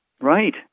right